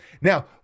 Now